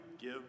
give